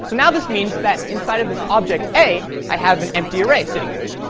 now this means that inside of this object a i have an empty array sitting there.